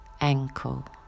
ankle